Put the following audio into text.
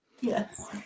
Yes